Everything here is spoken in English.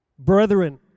Brethren